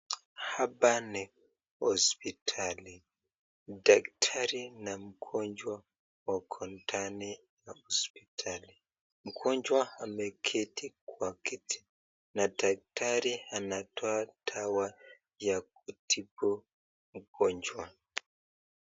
Hapa ni hospitali. Daktari na mgonjwa wako ndani ya hospitali. Mgonjwa ameketi kwa kiti na daktari anatoa dawa ya kutibu mgonjwa.